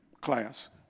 class